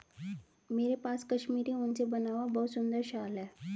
मेरे पास कश्मीरी ऊन से बना हुआ बहुत सुंदर शॉल है